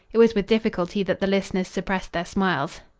it was with difficulty that the listeners suppressed their smiles.